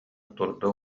турда